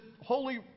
holy